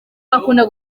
akunda